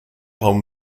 home